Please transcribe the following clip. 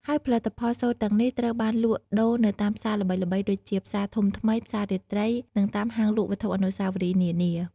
ហើយផលិតផលសូត្រទាំងនេះត្រូវបានលក់ដូរនៅតាមផ្សារល្បីៗដូចជា ផ្សារធំថ្មី ផ្សាររាត្រី និងតាមហាងលក់វត្ថុអនុស្សាវរីយ៍នានា។